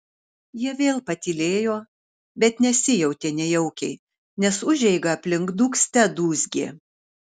jie vėl patylėjo bet nesijautė nejaukiai nes užeiga aplink dūgzte dūzgė